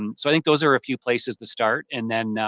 um so, i think those are a few places to start and then,